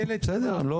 בסדר, ברור.